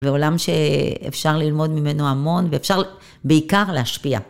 בעולם שאפשר ללמוד ממנו המון ואפשר בעיקר להשפיע.